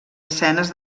escenes